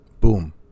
Boom